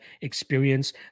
experience